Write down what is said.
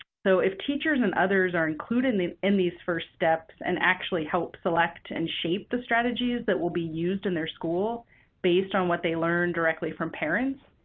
so, if teachers and others are included in these first steps and actually help select and shape the strategies that will be used in their school based on what they learn directly from parents,